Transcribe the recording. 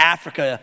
Africa